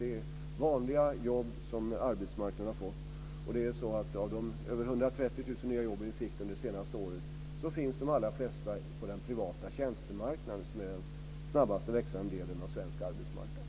Det är vanliga jobb som arbetsmarknaden har fått, och av de över 130 000 nya jobb som vi fick under det senaste året finns de allra flesta på den privata tjänstemarknaden, som är den snabbast växande delen av den svenska arbetsmarknaden.